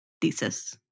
Thesis